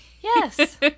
Yes